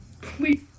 Please